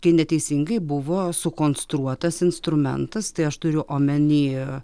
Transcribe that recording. kai neteisingai buvo sukonstruotas instrumentas tai aš turiu omeny